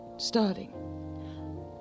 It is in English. Starting